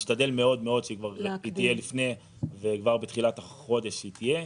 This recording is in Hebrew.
נשתדל מאוד מאוד שכבר בתחילת החודש היא תהיה.